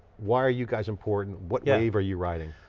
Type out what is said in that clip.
why are you guys important? what yeah wave are you riding?